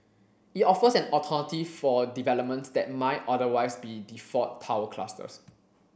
it offers an alternative for developments that might otherwise be default tower clusters